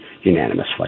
unanimously